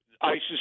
ISIS